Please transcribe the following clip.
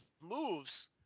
moves